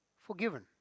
forgiven